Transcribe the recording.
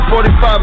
45